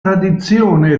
tradizione